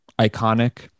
iconic